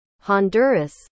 Honduras